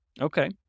Okay